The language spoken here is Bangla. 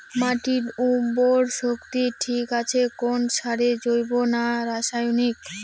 মাটির উর্বর শক্তি ঠিক থাকে কোন সারে জৈব না রাসায়নিক?